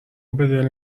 بدل